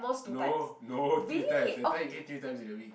no no three times that time you ate three times in a week